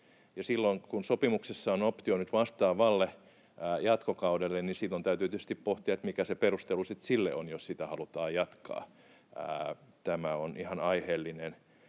silloin, kun sopimuksessa on optio vastaavalle jatkokaudelle, täytyy tietysti pohtia, mikä se perustelu sitten sille on, jos sitä halutaan jatkaa. Tämä on ihan aiheellinen